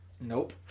Nope